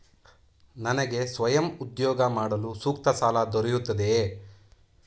ನನಗೆ ಸ್ವಯಂ ಉದ್ಯೋಗ ಮಾಡಲು ಸೂಕ್ತ ಸಾಲ ದೊರೆಯುತ್ತದೆಯೇ?